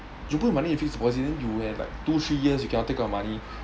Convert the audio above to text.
you put money in fixed deposit then you will have like two three years you cannot take out your money